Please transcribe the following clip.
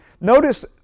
notice